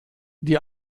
die